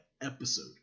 episode